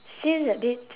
seems a bit